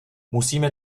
musíme